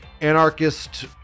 Anarchist